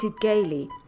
gaily